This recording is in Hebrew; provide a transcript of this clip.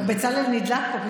גם בצלאל נדלק פה.